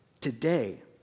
today